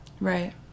right